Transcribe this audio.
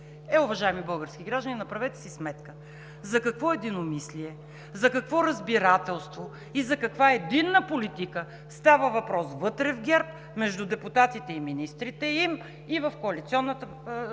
Е, уважаеми български граждани, направете си сметка за какво единомислие, за какво разбирателство и за каква единна политика става въпрос вътре в ГЕРБ, между депутатите и министрите им, и в коалиционната